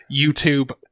YouTube